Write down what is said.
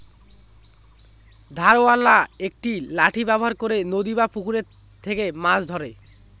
ধারওয়ালা একটি লাঠি ব্যবহার করে নদী বা পুকুরে থেকে মাছ ধরে